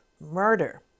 murder